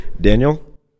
Daniel